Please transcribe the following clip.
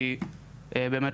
כי באמת,